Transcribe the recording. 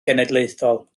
genedlaethol